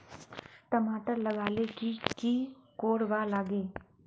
टमाटर लगा ले की की कोर वा लागे?